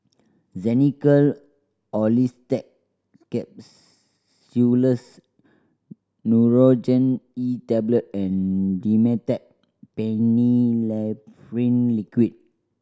Xenical Orlistat Nurogen E Tablet and Dimetapp Phenylephrine Liquid